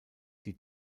die